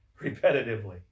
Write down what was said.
Repetitively